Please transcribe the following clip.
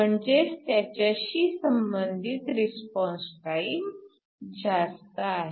म्हणजेच त्याच्याशी संबंधित रिस्पॉन्स टाइम जास्त आहे